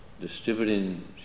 distributing